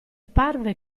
parve